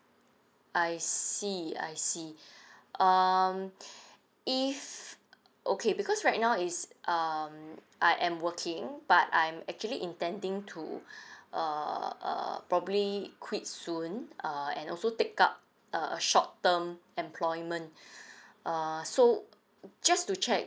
I see I see um if okay because right now is um I am working but I'm actually intending to uh uh probably quit soon uh and also take up a short term employment err so just to check